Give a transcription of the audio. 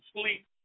sleep